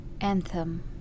Anthem